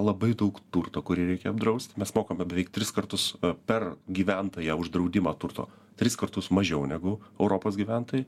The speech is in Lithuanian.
labai daug turto kurį reikia apdraust mes mokame beveik tris kartus per gyventoją už draudimą turto tris kartus mažiau negu europos gyventojai